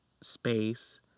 space